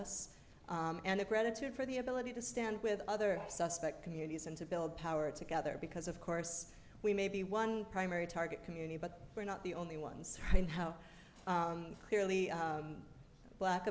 us and a gratitude for the ability to stand with other suspect communities and to build power together because of course we may be one primary target community but we're not the only ones in how clearly black